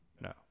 No